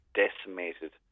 decimated